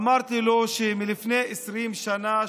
אמרתי לו שלפני 20 שנה,